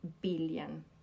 Billion